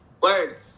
Word